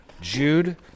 Jude